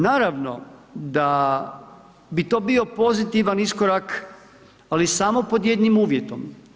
Naravno da bi to bio pozitivan iskorak ali samo pod jednim uvjetom.